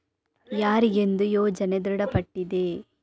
ಯಾರಿಗೆಂದು ಯೋಜನೆ ದೃಢಪಟ್ಟಿದೆ?